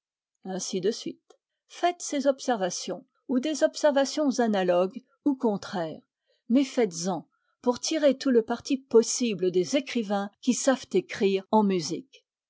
ainsi de suite faites ces observations ou des observations analogues ou contraires mais faites-en pour tirer tout le parti possible des écrivains qui savent écrire en musique